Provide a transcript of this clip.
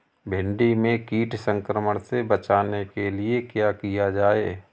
भिंडी में कीट संक्रमण से बचाने के लिए क्या किया जाए?